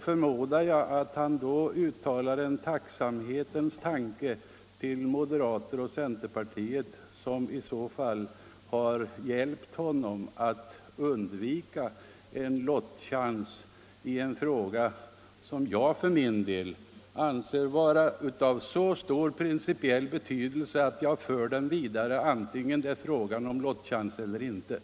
förmodar jag att han samtidigt ägnar en tacksamhetens tanke åt moderaterna och centerpartisterna som i så fall har hjälpt honom att undvika lottning i en fråga som jag för min del anser vara av så stor principiell betydelse att jag vill föra den vidare vare sig det föreligger en lottningschans eller inte.